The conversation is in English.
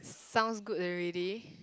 sounds good already